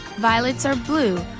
violets are blue,